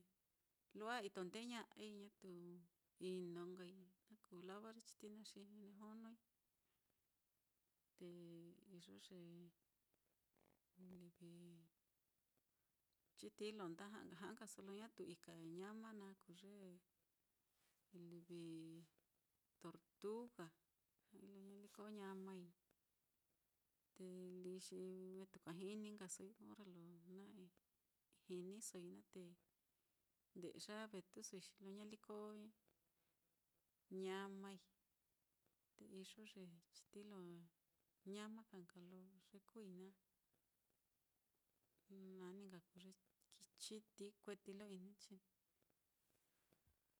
Lu'wa itondeña'ai, ñatu ino nkai na kuu lava ye chitií naá xi onoi. Te iyo ye livi chitií lo nda ja'a nkaso lo ñatu ika ñama naá kuu ye livi tortuga ja'ai lo ñaliko ñamai, te líi xi vetuka jini nkasoi orre lo na jinisoi naá te nde'ya vetusoi xi lo ñaliko ñamai, te iyo ye chitií lo ñama ka nka lo ye kuui naá, ye naní nka kuu ye chitií kueti lo ininchi naá.